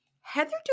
Heather